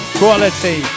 quality